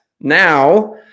Now